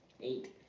eight